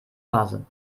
vase